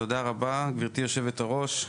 תודה רבה, גברתי יושבת הראש,